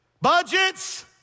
Budgets